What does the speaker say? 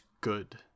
good